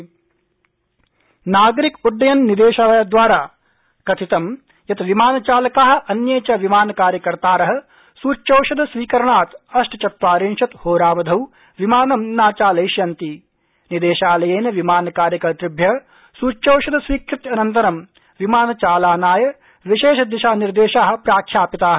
नागरिक उड्डयन निदेशालय नागरिक उड़डयन निदेशालयद्वारा कथितं यत् विमानचालका अन्ये च विमानकार्यकर्तार सुच्यौषधस्वीकरणात् अष्टचत्वारिशत् होरावधौ विमानं न चालयिष्यन्ति निदेशालयेन विमानकार्यकर्तुभ्य सुच्यौषधस्वीकृत्यनन्तरं विमानचालनाय विशेषदिशानिर्देशा प्रख्यापिता